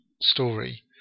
story